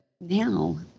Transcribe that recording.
now